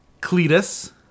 Cletus